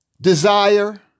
desire